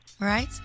Right